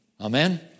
Amen